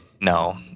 No